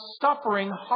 suffering